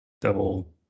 Double